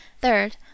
third